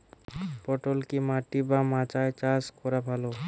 পটল কি মাটি বা মাচায় চাষ করা ভালো?